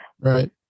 Right